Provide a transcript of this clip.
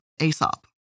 Aesop